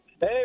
Hey